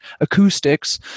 acoustics